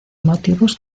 motivos